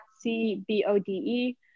C-B-O-D-E